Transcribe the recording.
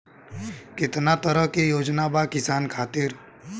केतना तरह के योजना बा किसान खातिर?